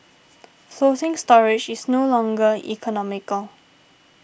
floating storage is no longer economical